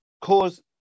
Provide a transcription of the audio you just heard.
cause